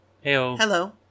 Hello